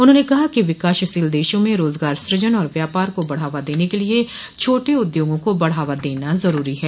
उन्होंने कहा कि विकासशील देशों में रोजगार सूजन और व्यापार को बढ़ावा देने के लिए छोटे उद्योगों को बढ़ावा देना जरुरी है